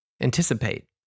anticipate